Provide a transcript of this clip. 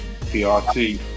PRT